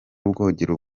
ubwogero